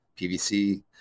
PVC